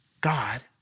God